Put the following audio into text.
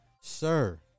Sir